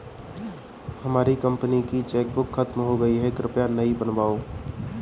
हमारी कंपनी की चेकबुक खत्म हो गई है, कृपया नई बनवाओ